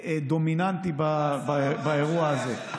דומיננטי באירוע הזה.